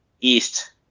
East